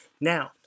Now